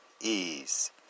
ease